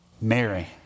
Mary